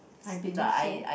I believe so